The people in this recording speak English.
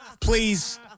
please